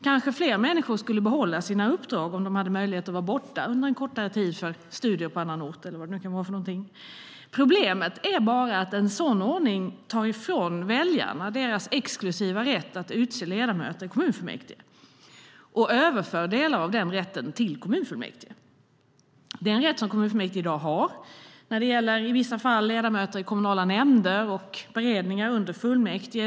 Kanske fler människor skulle behålla sina uppdrag om de hade möjlighet att vara borta under en kortare tid för studier på annan ort, eller vad det nu kan vara för någonting. Problemet är bara att en sådan ordning tar ifrån väljarna deras exklusiva rätt att utse ledamöter i kommunfullmäktige och överför delar av den rätten till kommunfullmäktige. Det är en rätt som kommunfullmäktige i dag har när det gäller, i vissa fall, ledamöter i kommunala nämnder och beredningar under fullmäktige.